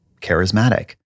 charismatic